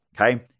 okay